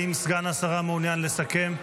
האם סגן השרה מעוניין לסכם?